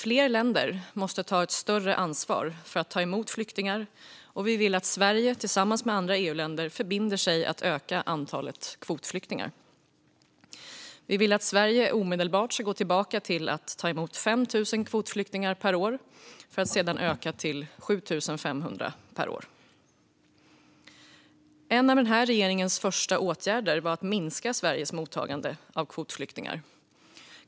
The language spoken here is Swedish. Fler länder måste ta ett större ansvar för att ta emot flyktingar, och vi vill att Sverige tillsammans med andra EU-länder förbinder sig att öka antalet kvotflyktingar. Vi vill att Sverige omedelbart ska gå tillbaka till att ta emot 5 000 kvotflyktingar per år för att sedan öka antalet till 7 500 per år. En av den nuvarande regeringens första åtgärder var att minska Sveriges mottagande av kvotflyktingar.